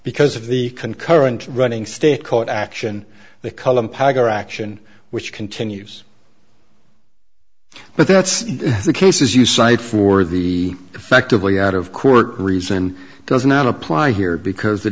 because of the concurrent running state court action the column pagar action which continues but that's the cases you cite for the effectively out of court reason does not apply here because the